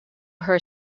her